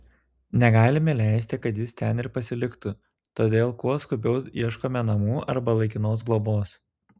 negalime leisti kad jis ten ir pasiliktų todėl kuo skubiau ieškome namų arba laikinos globos